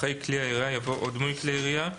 אחרי "כלי הירייה" יבוא "או דמוי כלי הירייה".